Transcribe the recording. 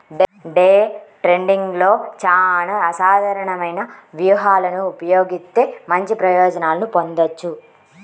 day ట్రేడింగ్లో చానా అసాధారణమైన వ్యూహాలను ఉపయోగిత్తే మంచి ప్రయోజనాలను పొందొచ్చు